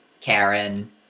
Karen